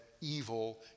evil